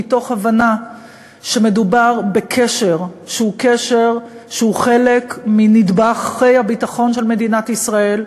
מתוך הבנה שמדובר בקשר שהוא חלק מנדבכי הביטחון של מדינת ישראל,